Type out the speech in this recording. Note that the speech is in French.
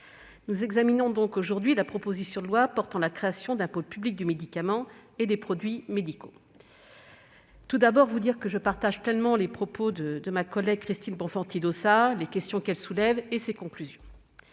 nous examinons aujourd'hui une proposition de loi portant création d'un pôle public du médicament et des produits médicaux. Tout d'abord, je partage pleinement les propos de ma collègue Christine Bonfanti-Dossat, les questions qu'elle soulève comme ses conclusions.